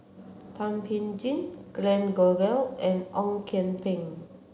Thum Ping Tjin Glen Goei and Ong Kian Peng